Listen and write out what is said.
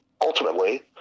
ultimately